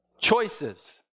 Choices